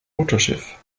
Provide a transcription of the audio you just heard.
mutterschiff